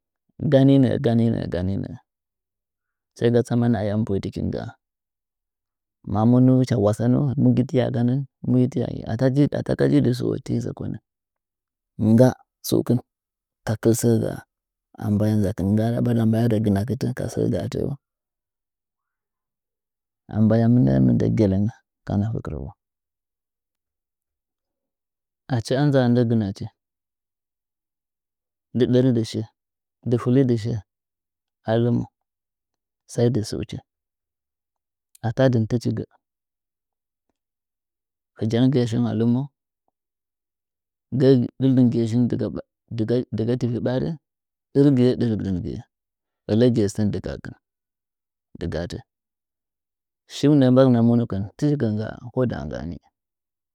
Gani nɚɚ gani nɚɚ saiga tsamani ayam boidɨkinga a ma monu cha wasanu mugi tɨyu ganɚn ata ji ata gaji dɨ sɨo ngga stukɨl ka kɨlsɚ gag a mbay a nzakɨn nda ɓarin a mbaya gɚ gɨna kɨtɚ sɚ gaa tɚɚu r baya mɨnɚɚ mɨndɚ gellenge ka nafe kɨrɚgu achi a nzaa dɨ gɨna chi ndɨ dɚuchi shi dɨ fɨlidɨ shi a lɨmu sai dɨ sɨuchi ata dɨn tɨchi gɚ hɨjangɨye shih a lɨma zdɚɚr dɨrdɨngɨye shiung diga dɨga tɨvi ɓarih ɗɨrgɨye dɨrdɨhgɨye ɚlɚgɨye sɚn dɨgahatɚ shiunɚ mbagɨma monukɨn tɨchigi ngga ko nda nggani.